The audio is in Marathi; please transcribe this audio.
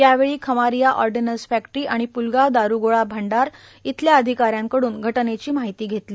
यावेळी खमरिया ऑडनन्स फॅक्टरी आणि पुलगाव दारुगोळा भांडार येथील अधिका यांकडून घटनेची माहिती घेतली